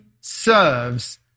serves